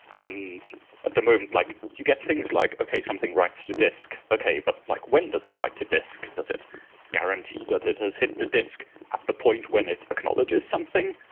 and at the moment, like you get things like, okay. something writes to disc. okay. but like when does it write to disc? does it guarantee that it has hit the disc at the point when it acknowledges something?